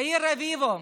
יאיר רביבו,